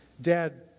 Dad